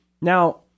now